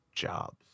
Jobs